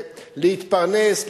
להתפרנס,